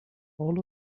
all